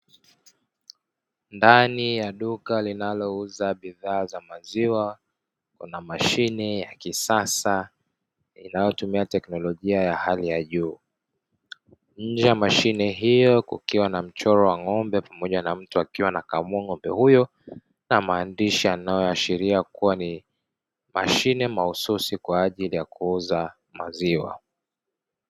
Ndani ya duka linalouza bidhaa za maziwa, kuna mashine ya kisasa inayotumia teknolojia ya hali ya juu. Nje ya mashine hiyo kukiwa na mchoro wa ng'ombe pamoja na mtu akiwa anakamua ng'ombe huyo na maandishi yanayoashiria kuwa ni mashine mahususi kwa ajili ya kuuza maziwa.